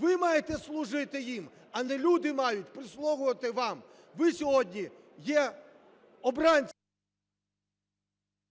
Ви маєте служити їм, а не люди мають прислугувати вам, ви сьогодні є обранці…